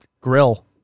grill